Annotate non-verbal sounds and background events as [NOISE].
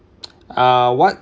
[NOISE] uh what